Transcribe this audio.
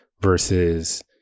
versus